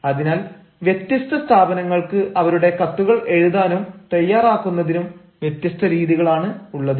അതിനാൽ വ്യത്യസ്ത സ്ഥാപനങ്ങൾക്ക് അവരുടെ കത്തുകൾ എഴുതാനും തയ്യാറാക്കുന്നതിനും വ്യത്യസ്ത രീതികൾ ആണുള്ളത്